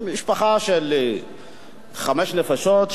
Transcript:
משפחה של חמש נפשות,